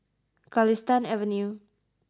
Galistan Avenue